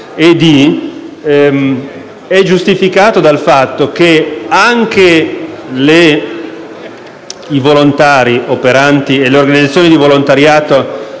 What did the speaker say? è giustificata dal fatto che anche ai volontari operanti e alle organizzazioni di volontariato